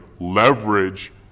leverage